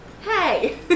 Hey